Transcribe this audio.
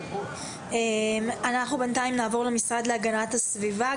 אנחנו נעבור בינתיים למשרד להגנת הסביבה,